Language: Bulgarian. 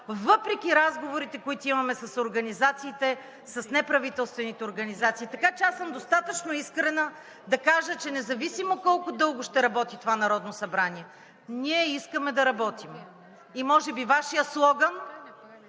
въпреки разговорите, които имаме с организациите, с неправителствените организации. Така че аз съм достатъчно искрена да кажа, че независимо колко дълго ще работи това Народно събрание, ние искаме да работим. Може би Вашият слоган